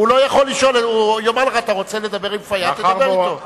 הוא יאמר לך: אתה רוצה לדבר עם פיאד, תדבר אתו.